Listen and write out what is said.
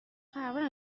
پروانه